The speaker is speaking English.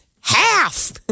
half